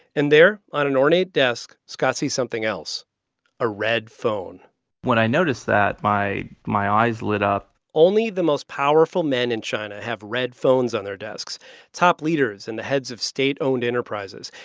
and there, on an ornate desk, scott sees something else a red phone when i noticed that, my my eyes lit up only the most powerful men in china have red phones on their desks top leaders and the heads of state-owned enterprises.